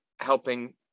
helping